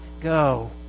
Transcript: go